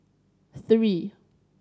three